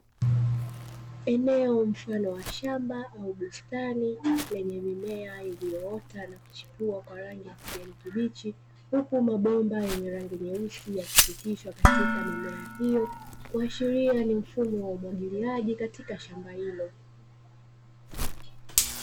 Eneo mfano wa shamba au bustani, lenye mimea iliyoota na kuchipua kwa rangi ya kijani kibichi, huku mabomba yenye rangi nyeusi yakipitishwa katika mimea hio, kuashiria ni mfumo wa umwagiliaji katika shamba hilo.